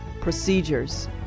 procedures